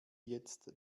jetzt